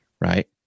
right